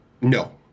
no